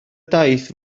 daith